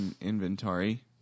inventory